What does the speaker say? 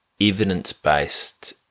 evidence-based